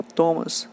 Thomas